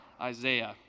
Isaiah